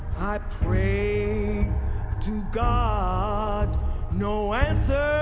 i prayed to god no answer